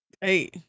Hey